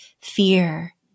fear